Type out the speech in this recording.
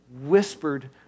whispered